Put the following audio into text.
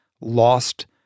lost